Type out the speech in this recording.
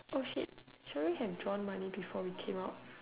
oh shit should we have drawn money before we came out